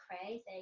crazy